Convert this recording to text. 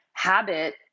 habit